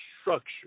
structure